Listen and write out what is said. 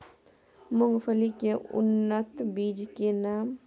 मूंगफली के उन्नत बीज के नाम?